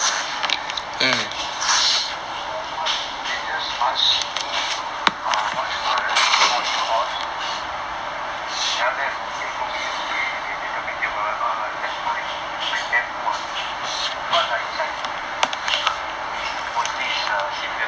then what they just ask me what's my poly course then they told me okay then they told me they will err let my men know because I decided um mostly is civilian